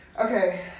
Okay